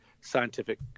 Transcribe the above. scientific